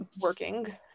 working